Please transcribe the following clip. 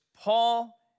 Paul